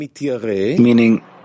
meaning